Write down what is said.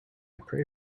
pray